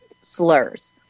slurs